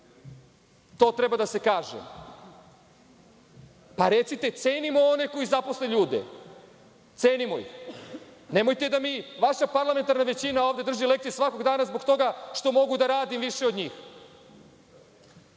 to treba da se kaže. Pa, recite, cenimo one koji zaposle ljude, cenimo ih. Nemojte da mi vaša parlamentarna većina ovde drži lekcije svakog dana zbog toga što mogu da radim više od njih.